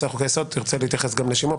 חוקי היסוד ואם תרצה להתייחס גם לשימוע,